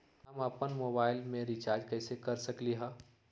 हम अपन मोबाइल में रिचार्ज कैसे कर सकली ह?